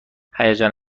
هیجان